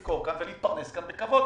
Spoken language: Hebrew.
למכור כאן ולהתפרנס כאן בכבוד.